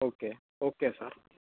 okay okay sir